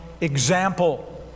example